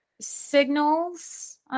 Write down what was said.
signals